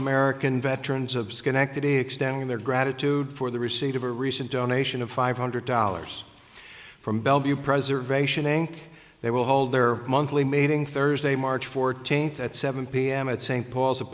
american veterans of schenectady extending their gratitude for the receipt of a recent donation of five hundred dollars from bellevue preservation inc they will hold their monthly meeting thursday march fourteenth at seven p m at st paul's